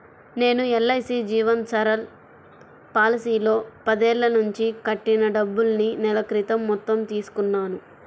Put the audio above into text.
నేను ఎల్.ఐ.సీ జీవన్ సరల్ పాలసీలో పదేళ్ళ నుంచి కట్టిన డబ్బుల్ని నెల క్రితం మొత్తం తీసుకున్నాను